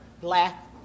black